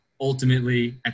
ultimately